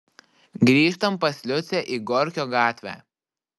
grįžtam pas liucę į gorkio gatvę